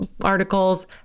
articles